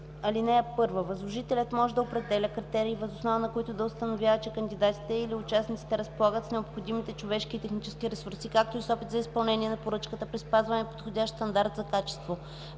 Чл. 63. (1) Възложителят може да определя критерии, въз основа на които да установява, че кандидатите или участниците разполагат с необходимите човешки и технически ресурси, както и с опит за изпълнение на поръчката при спазване на подходящ стандарт за качество.